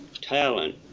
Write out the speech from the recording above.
talent